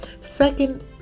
Second